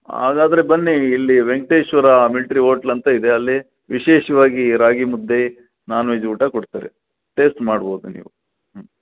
ಹಾಗಾದ್ರೆ ಬನ್ನಿ ಇಲ್ಲಿ ವೆಂಕ್ಟೇಶ್ವರ ಮಿಲ್ಟ್ರಿ ಓಟ್ಲ್ ಅಂತ ಇದೆ ಅಲ್ಲಿ ವಿಶೇಷವಾಗಿ ರಾಗಿ ಮುದ್ದೆ ನಾನ್ ವೆಜ್ ಊಟ ಕೊಡ್ತಾರೆ ಟೇಸ್ಟ್ ಮಾಡ್ಬೋದು ನೀವು ಹ್ಞೂ